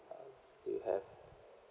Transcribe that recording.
uh do you have